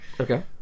Okay